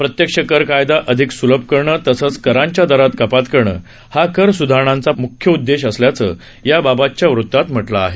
प्रत्यक्ष कर कायदा अधिक सुलभ करणं तसंच करांच्या दरात कपात करणं हा कर स्धारणांचा मुख्य उद्देश असल्याचं याबाबतच्या वृत्तात म्हटलं आहे